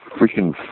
freaking